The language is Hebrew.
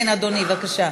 כן, אדוני, בבקשה.